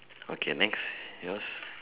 okay next yours